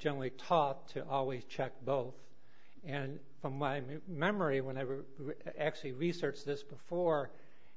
generally taught to always check both and from my memory whenever i actually research this before